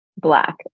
black